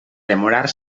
demorar